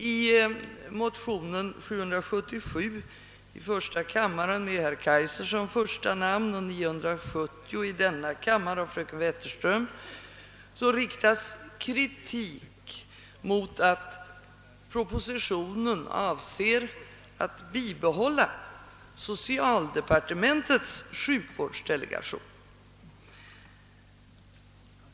I motionerna 1: 777 med herr Kaijser som första namn och II: 970 av fröken Wetterström m.fl. riktas kritik mot att propositionen avser att bibehålla socialdepartementets sjukvårdsdelegation.